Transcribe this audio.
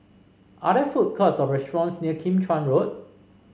are there food courts or restaurants near Kim Chuan Road